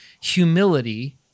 humility